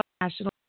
national